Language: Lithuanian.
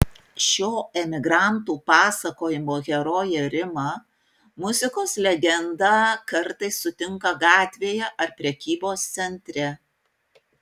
šio emigrantų pasakojimo herojė rima muzikos legendą kartais sutinka gatvėje ar prekybos centre